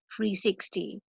360